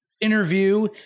interview